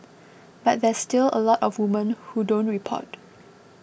but there's still a lot of women who don't report